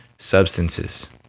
substances